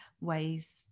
ways